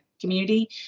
community